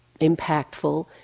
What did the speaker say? impactful